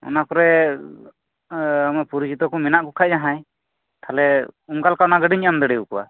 ᱚᱱᱟᱯᱚᱨᱮ ᱟᱢᱟᱜ ᱯᱚᱨᱤᱪᱤᱛ ᱢᱮᱱᱟᱜ ᱠᱩ ᱠᱷᱟᱡ ᱡᱟᱦᱟᱸᱭ ᱚᱱᱠᱟᱞᱮᱠᱟ ᱚᱱᱟ ᱜᱟᱹᱰᱤᱧ ᱮᱢ ᱫᱟᱲᱮᱣᱟᱠᱚᱣᱟ